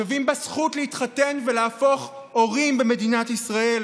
שווים בזכות להתחתן ולהפוך הורים במדינת ישראל,